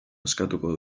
askatuko